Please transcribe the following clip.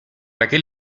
aquel